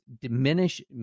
diminish